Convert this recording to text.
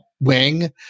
wing